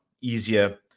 easier